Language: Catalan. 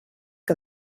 que